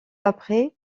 après